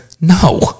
no